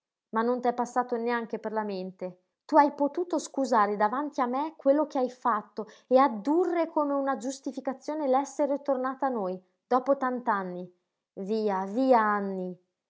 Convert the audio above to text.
ma non t'è passato neanche per la mente tu hai potuto scusare davanti a me quello che hai fatto e addurre come una giustificazione l'essere tornata a noi dopo tant'anni via via anny